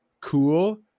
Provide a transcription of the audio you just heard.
cool